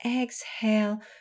Exhale